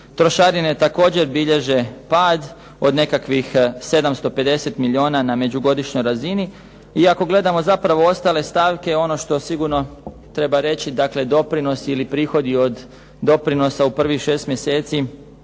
Trošarine također bilježe pad od nekakvih 750 milijuna na međugodišnjoj razini. I ako gledamo zapravo ostale stavke ono što sigurno treba reći, dakle doprinosi ili prihodi od doprinosa u prvih 6 mjeseci